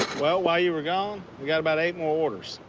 well, while you were gone we got about eight more orders.